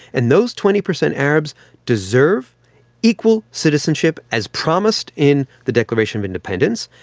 and those twenty percent arabs deserve equal citizenship as promised in the declaration of independence,